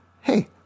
Hey